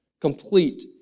Complete